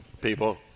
people